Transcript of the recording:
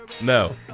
No